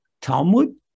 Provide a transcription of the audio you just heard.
Talmud